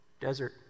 desert